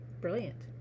brilliant